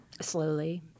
Slowly